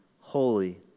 holy